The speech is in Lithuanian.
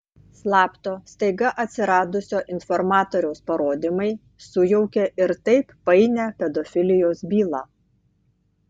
slapto staiga atsiradusio informatoriaus parodymai sujaukė ir taip painią pedofilijos bylą